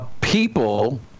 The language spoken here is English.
people